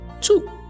Two